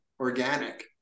organic